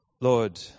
Lord